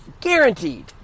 Guaranteed